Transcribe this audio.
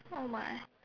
oh my